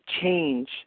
change